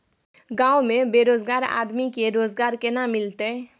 गांव में बेरोजगार आदमी के रोजगार केना मिलते?